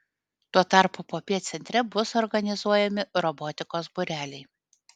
tuo tarpu popiet centre bus organizuojami robotikos būreliai